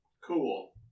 Cool